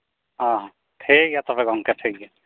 ᱦᱮᱸ ᱦᱮᱸ ᱴᱷᱤᱠᱜᱮᱭᱟ ᱛᱚᱵᱮ ᱜᱚᱢᱠᱮ ᱴᱷᱤᱠᱜᱮᱭᱟ